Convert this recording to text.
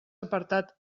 apartat